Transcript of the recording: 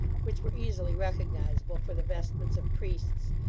which were easily recognisable for the vestments of priests,